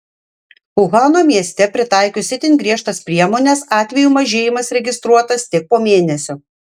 uhano mieste pritaikius itin griežtas priemones atvejų mažėjimas registruotas tik po mėnesio